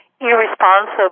irresponsible